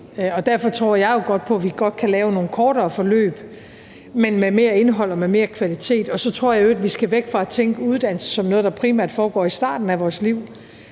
Derfor tror jeg på, at vi godt kan lave nogle kortere forløb, men med mere indhold og med mere kvalitet. Og så tror jeg i øvrigt, at vi skal væk fra at tænke uddannelse som noget, der primært foregår i starten af vores liv,